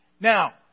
Now